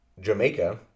jamaica